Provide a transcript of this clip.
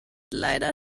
leider